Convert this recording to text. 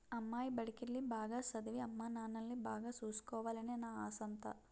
అమ్మాయి బడికెల్లి, బాగా సదవి, అమ్మానాన్నల్ని బాగా సూసుకోవాలనే నా ఆశంతా